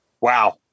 Wow